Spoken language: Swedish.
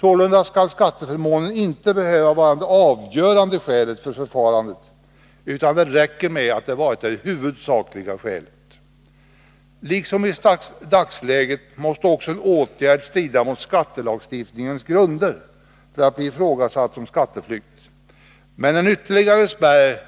Sålunda skall skatteförmånen inte behöva vara det avgörande skälet för förfarandet, utan det räcker med att det har varit det huvudsakliga skälet. Liksom i dagsläget måste en åtgärd också strida mot skattelagstiftningens grunder för att bli ifrågasatt som skatteflykt, men den ytterligare spärr